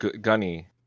Gunny